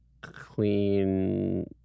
clean